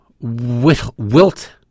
Wilt